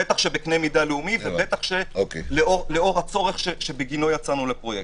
בטח בקנה מידה לאומי ובטח לאור הצורך שבגינו יצאנו לפרויקט.